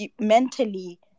mentally